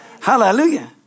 Hallelujah